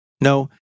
No